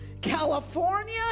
California